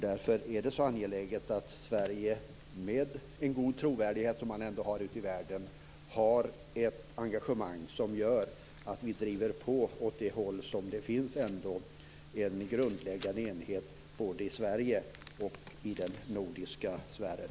Därför är det så angeläget att Sverige med den goda trovärdighet som vi ändå har ute i världen har ett engagemang som gör att vi driver på åt det håll som det finns en grundläggande enighet om både i Sverige och i den nordiska sfären.